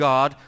God